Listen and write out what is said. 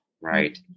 right